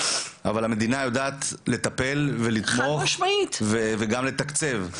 אבל המדינה יודעת לטפל ולתמוך וגם לתקצב.